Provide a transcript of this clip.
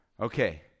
Okay